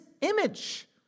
image